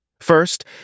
First